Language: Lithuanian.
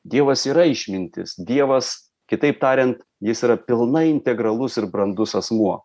dievas yra išmintis dievas kitaip tariant jis yra pilnai integralus ir brandus asmuo